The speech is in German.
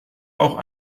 auch